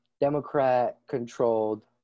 Democrat-controlled